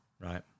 right